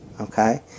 okay